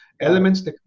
Elements